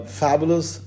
fabulous